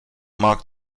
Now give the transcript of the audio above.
marked